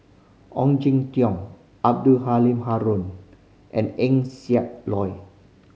Ong Jin Teong Abdul Halim Haron and Eng Siak Loy